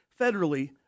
federally